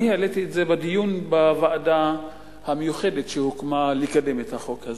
העליתי את זה בדיון בוועדה המיוחדת שהוקמה כדי לקדם את החוק הזה.